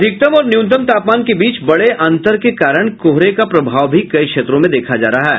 अधिकतम और न्यूनतम तापमान के बीच बड़े अंतर के कारण कोहरे का प्रभाव भी कई क्षेत्रों में देखा जा रहा है